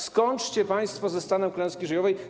Skończcie państwo ze stanem klęski żywiołowej.